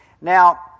Now